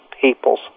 people's